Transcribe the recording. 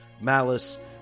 Malice